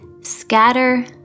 Scatter